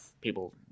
people